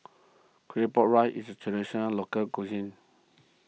Claypot Rice is a Traditional Local Cuisine